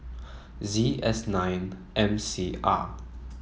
Z S nine M C R